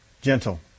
gentle